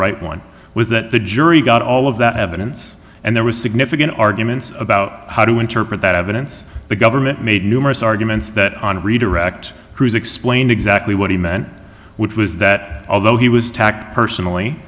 right one was that the jury got all of that evidence and there was significant arguments about how to interpret that evidence the government made numerous arguments that on redirect cruise explained exactly what he meant which was that although he was tacked personally